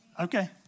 Okay